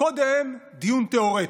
קודם דיון תיאורטי,